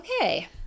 Okay